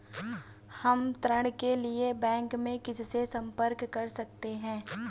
हम ऋण के लिए बैंक में किससे संपर्क कर सकते हैं?